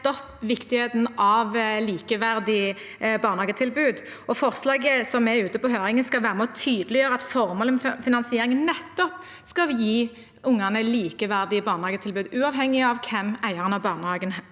nettopp viktigheten av likeverdige barnehagetilbud, og forslaget som er ute på høring, skal være med på å tydeliggjøre at formålet med finansieringen nettopp skal gi ungene likeverdige barnehagetilbud, uavhengig av hvem eieren av barnehagen